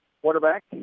quarterback